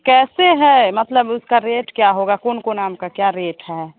कैसे है मतलब उसका रेट क्या होगा कौन कौन आम का क्या रेट है